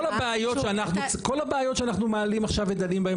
כל הבעיות שאנחנו מעלים עכשיו ודנים בהן